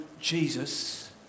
Jesus